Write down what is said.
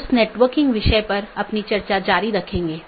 इसके साथ ही आज अपनी चर्चा समाप्त करते हैं